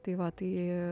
tai va tai